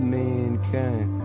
mankind